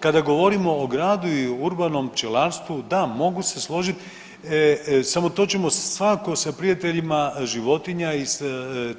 Kada govorimo o gradu i o urbanom pčelarstvu, da mogu se složit, samo to ćemo se svakako sa prijateljima životinja i s